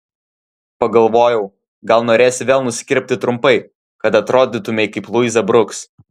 pagalvojau gal norėsi vėl nusikirpti trumpai kad atrodytumei kaip luiza bruks